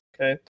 okay